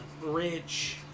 rich